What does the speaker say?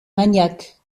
maniaque